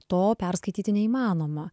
to perskaityti neįmanoma